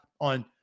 on